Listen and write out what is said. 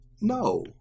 No